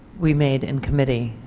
we made in committee.